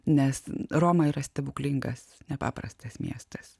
nes roma yra stebuklingas nepaprastas miestas